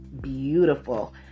beautiful